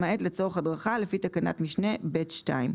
למעט לצורך הדרכה לפי תקנת משנה (ב)(2)."